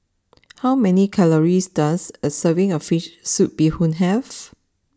how many calories does a serving of Fish Soup Bee Hoon have